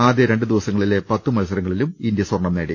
ആദ്യ രണ്ടു ദിവസങ്ങളിലെ പത്ത് മത്സരങ്ങളിലും ഇന്ത്യ സ്വർണം നേടി